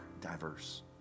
diverse